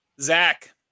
Zach